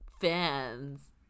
fans